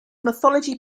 mythology